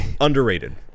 Underrated